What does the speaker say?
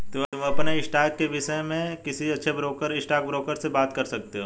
तुम अपने स्टॉक्स के विष्य में किसी अच्छे स्टॉकब्रोकर से बात कर सकते हो